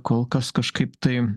kol kas kažkaip tai